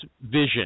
vision